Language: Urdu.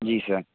جی سر